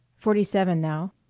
forty-seven now.